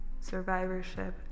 survivorship